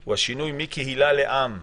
הוא שינוי מקהילה לעם.